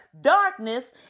darkness